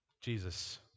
Jesus